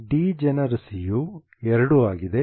ಡಿಜೆನರಸಿಯು 2 ಆಗಿದೆ